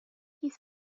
his